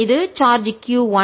இது charge q 1